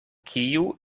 kiu